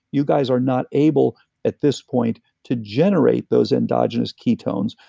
you guys are not able at this point to generate those endogenous ketones,